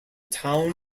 town